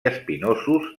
espinosos